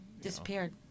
Disappeared